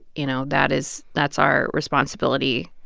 you know, that is that's our responsibility,